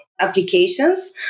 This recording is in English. applications